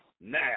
now